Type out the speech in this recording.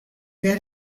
get